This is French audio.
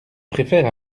préfère